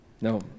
No